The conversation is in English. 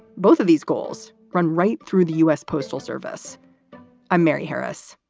both of these goals run right through the u s. postal service i'm mary harris.